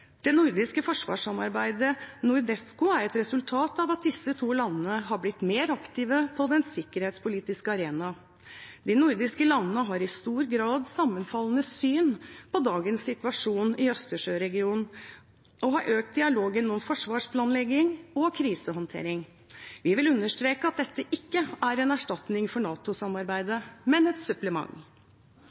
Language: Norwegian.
Det nordiske forsvarssamarbeidet NORDEFCO er et resultat av at disse to landene har blitt mer aktive på den sikkerhetspolitiske arena. De nordiske landene har i stor grad sammenfallende syn på dagens situasjon i Østersjø-regionen og har økt dialogen om forsvarsplanlegging og krisehåndtering. Vi vil understreke at dette ikke er en erstatning for NATO-samarbeidet, men et supplement.